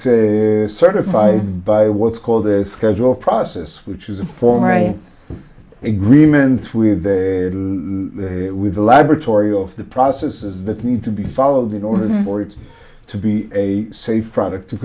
certified by what's called the scheduler process which is a former a agreements with the laboratory of the processes that need to be followed in order for it to be a safe product to